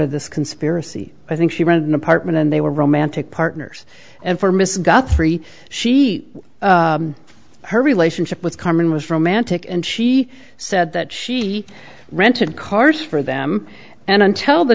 of this conspiracy i think she read an apartment and they were romantic partners and for miss got three she her relationship with carmen was romantic and she said that she rented cars for them and until the